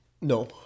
No